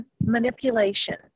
manipulation